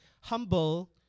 humble